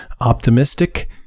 optimistic